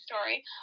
story